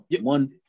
one